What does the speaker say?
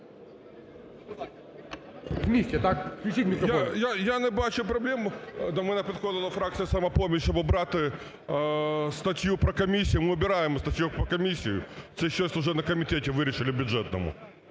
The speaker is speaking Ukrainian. Я не бачу проблеми. До мене підходила фракція "Самопоміч", щоб убрати статтю про комісію. Мы убираем статью про комиссию. Це уже на комітеті вирішили бюджетному,